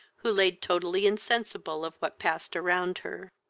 who laid totally insensible of what passed around her.